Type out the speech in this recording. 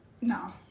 No